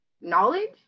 knowledge